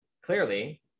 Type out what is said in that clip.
clearly